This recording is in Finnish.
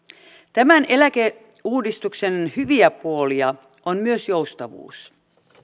tämän eläkeuudistuksen hyviä puolia on myös joustavuus